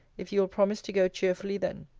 if you will promise to go cheerfully then.